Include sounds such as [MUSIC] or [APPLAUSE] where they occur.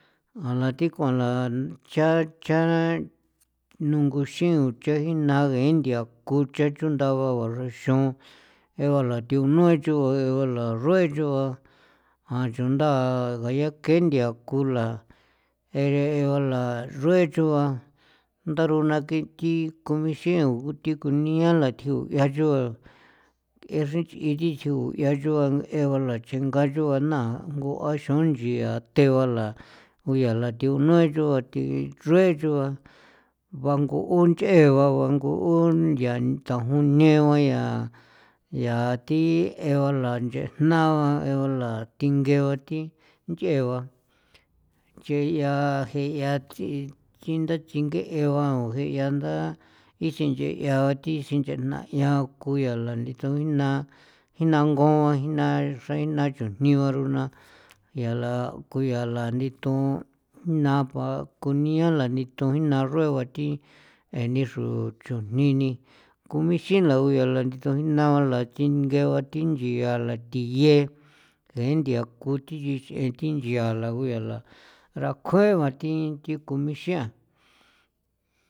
A la thi kuan la cha cha nunguxin chegina gee nthia ku cha chunda ba juaxraxaon jee bala thino choen ba laruee chuu ba jaa chunda jayee ke nthia kula jeera la rue chu ba ndarona ke thi k [HESITATION] ixian ku thi kunia la thjiu ya chu k'e xreen nch'i thi thjio ya ncho ngandee ba chingala chuu ba na ngu ngua xa nchia tee bala ku yala thigu nuee thi rue chuu ba bangu'u nch'ee ba bangu'u thia thjajun ne ba yaa yaa thi je'e bala nchejna ba jeela ba thinge ba thi ncheeba ncheyaa jea thi thi nda tsinge'e ba jean nda isinche ya ba thi sinchejna yaa ku yala jinaa jinangoa jina xra inaa chujni ba rona yala ku yala nditon nakua kunia la nditho jina ruena ba thi jee ni xro chujni ni ku menxinla u yaa ni latojinaa ba lathinge ba thi nchiala thjiyee ngee nthia ku thi nchinch'ee thia nchiala nguyala rakjue ba thi thi ku mixian.